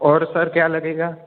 और सर क्या लगेगा